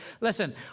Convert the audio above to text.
listen